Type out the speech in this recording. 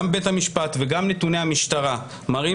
גם בית המשפט וגם נתוני המשטרה מראים